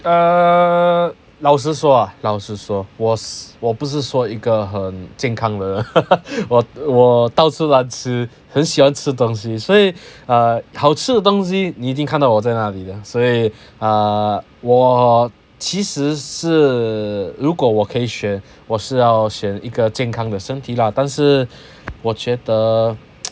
err 老实说 ah 老实说我是我不是说一个很健康的我我到处乱吃很喜欢吃东西所以 uh 好吃的东西你一定看到我在那里的所以 err 我其实是如果我可以选我是要选一个健康的身体 lah 但是我觉得